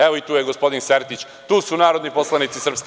Evo, tu je i gospodin Sertić, tu su narodni poslanici SNS.